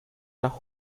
nach